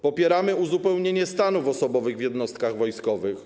Popieramy uzupełnienie stanów osobowych w jednostkach wojskowych.